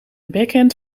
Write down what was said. backhand